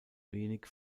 wenig